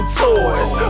toys